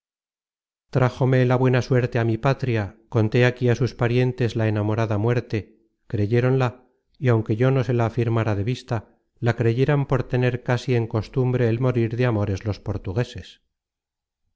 search generated at suerte á mi patria conté aquí á sus parientes la enamorada muerte creyeronla y aunque yo no se la afirmara de vista la creyeran por tener casi en costumbre el morir de amores los portugueses